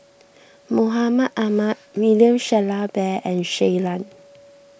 Mahmud Ahmad William Shellabear and Shui Lan